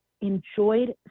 enjoyed